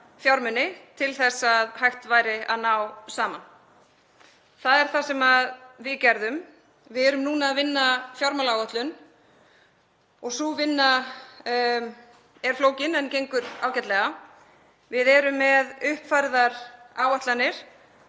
fjármuni til þess að hægt væri að ná saman. Það er það sem við gerðum. Við erum núna að vinna fjármálaáætlun. Sú vinna er flókin en gengur ágætlega. Við erum með uppfærðar áætlanir